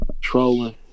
Trolling